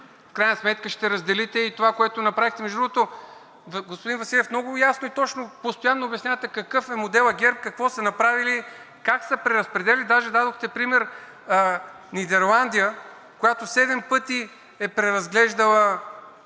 В крайна сметка ще разделите и това, което направихте. Между другото, господин Василев, много ясно и точно постоянно обяснявате какъв е моделът ГЕРБ, какво са направили, как са преразпределяли. Даже дадохте пример – Нидерландия, която седем пъти е преразглеждала